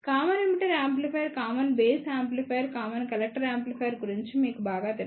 common emitter amplifier common base amplifier common collector amplifier గురించి మీకు బాగాతెలుసు